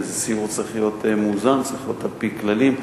אז סיור צריך להיות מאוזן וצריך להיות על-פי כללים.